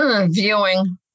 viewing